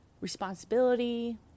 responsibility